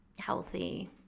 healthy